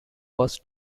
was